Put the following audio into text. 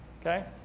okay